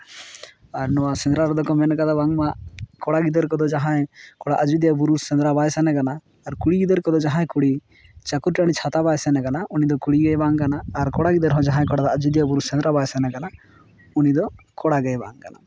ᱟᱨ ᱱᱚᱣᱟ ᱥᱮᱸᱫᱽᱨᱟ ᱨᱮᱫᱚ ᱠᱚ ᱢᱮᱱᱟᱠᱟᱫᱟ ᱵᱟᱝᱢᱟ ᱠᱚᱲᱟ ᱜᱤᱫᱟᱹᱨ ᱠᱚᱫᱚ ᱡᱟᱦᱟᱸᱭ ᱚᱱᱟ ᱟᱡᱚᱫᱤᱭᱟᱹ ᱵᱩᱨᱩ ᱥᱮᱸᱫᱽᱨᱟ ᱵᱟᱭ ᱥᱮᱱᱟᱠᱟᱱᱟ ᱟᱨ ᱠᱩᱲᱤ ᱜᱤᱫᱟᱹᱨ ᱠᱚᱫᱚ ᱡᱟᱦᱟᱸᱭ ᱠᱩᱲᱤ ᱪᱟᱠᱚᱞᱛᱟᱹᱲᱤ ᱪᱷᱟᱛᱟ ᱵᱟᱭ ᱥᱮᱱᱟᱠᱟᱱᱟ ᱩᱱᱤ ᱫᱚ ᱠᱩᱲᱤ ᱜᱮᱭ ᱵᱟᱝ ᱠᱟᱱᱟ ᱟᱨ ᱠᱚᱲᱟ ᱜᱤᱫᱟᱹᱨ ᱦᱚᱸ ᱡᱟᱦᱟᱸᱭ ᱠᱚᱲᱟ ᱜᱤᱫᱽᱹᱟᱨ ᱫᱚ ᱟᱡᱚᱫᱤᱭᱟᱹ ᱵᱩᱨᱩ ᱥᱮᱸᱫᱽᱨᱟ ᱵᱟᱭ ᱥᱮᱱᱟᱠᱟᱱᱟ ᱩᱱᱤ ᱫᱚ ᱠᱚᱲᱟ ᱜᱮᱭ ᱵᱟᱝ ᱠᱟᱱᱟ